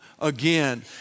again